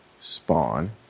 spawn